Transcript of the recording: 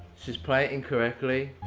she's playing incorrectly,